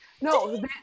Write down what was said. No